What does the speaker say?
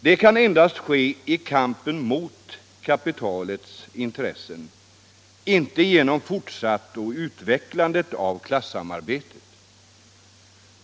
Detta kan endast ske i kamp mot kapitalets intressen — inte genom fortsatt och utvecklat klassamarbete.